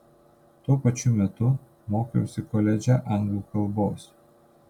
tuo pačiu metu mokiausi koledže anglų kalbos